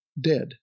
dead